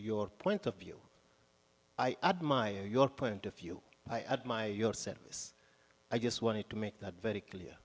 your point of view i admire your point of view i had my this i just wanted to make that very clear